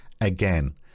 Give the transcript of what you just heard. again